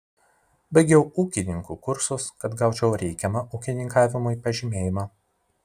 baigiau ūkininkų kursus kad gaučiau reikiamą ūkininkavimui pažymėjimą